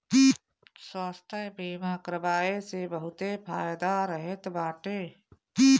स्वास्थ्य बीमा करवाए से बहुते फायदा रहत बाटे